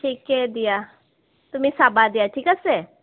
ঠিকে দিয়া তুমি চাবা দিয়া ঠিক আছে